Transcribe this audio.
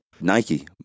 Nike